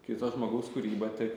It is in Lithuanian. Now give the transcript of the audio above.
kito žmogaus kūryba tik